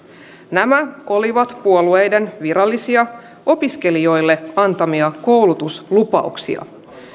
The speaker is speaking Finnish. nämä olivat puolueiden virallisia opiskelijoille antamia koulutuslupauksia